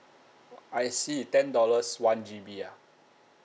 I see ten dollars one G_B ah